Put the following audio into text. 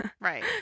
right